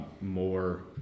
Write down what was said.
more